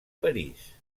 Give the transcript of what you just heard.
parís